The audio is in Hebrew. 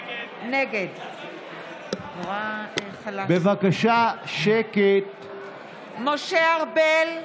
נגד משה ארבל,